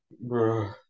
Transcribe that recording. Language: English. Bro